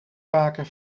vaker